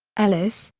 ellis,